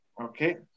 Okay